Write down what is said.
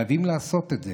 חייבים לעשות את זה,